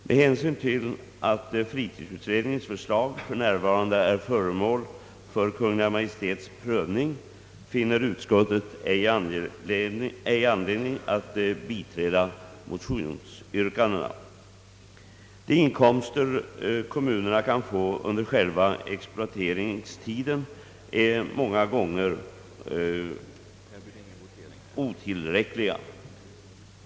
Med hänsyn till att fritidsutredningens förslag f. n. är föremål för Kungl. Maj:ts prövning saknas emellertid anledning biträda skrivelseyrkandet i motionerna.» Kommunernas inkomster kan under själva exploateringstiden många gånger vara otillräckliga.